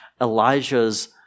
Elijah's